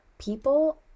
people